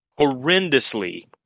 horrendously